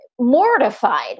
mortified